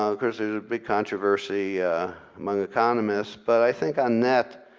of course there's a big controversy among economists, but i think our net,